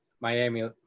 Miami